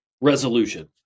resolution